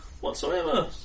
whatsoever